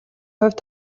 хувьд